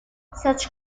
such